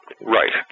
right